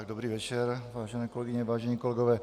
Dobrý večer, vážené kolegyně, vážení kolegové.